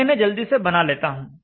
मैं इन्हें जल्दी से बना देता हूं